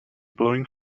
blowing